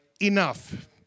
enough